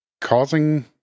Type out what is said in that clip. causing